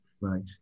Right